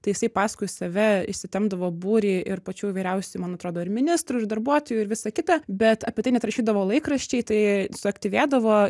tai jisai paskui save išsitempdavo būrį ir pačių įvairiausių man atrodo ir ministrų ir darbuotojų ir visa kita bet apie tai net rašydavo laikraščiai tai suaktyvėdavo